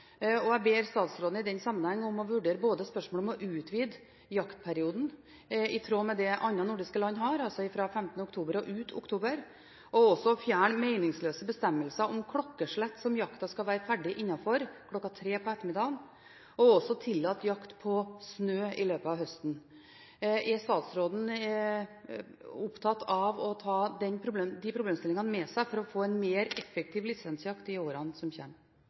Jeg ber statsråden i den sammenheng om å vurdere både spørsmålet om å utvide jaktperioden i tråd med det andre nordiske land har, altså fra 15. oktober og ut oktober, og å fjerne meningsløse bestemmelser om klokkeslett som jakta skal være ferdig innenfor, kl. 15 på ettermiddagen, og også å tillate jakt på snø i løpet av høsten. Er statsråden opptatt av å ta disse problemstillingene med seg for å få en mer effektiv lisensjakt i årene som